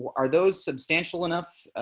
are those substantial enough.